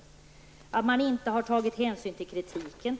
Hon tar nogsamt upp att man inte har tagit hänsyn till kritiken.